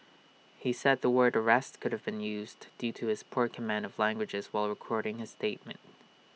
he said the word arrest could have been used due to his poor command of languages while recording his statement